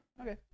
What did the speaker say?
Okay